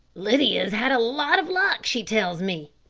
lydia's had a lot of luck she tells me,